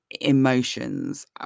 emotions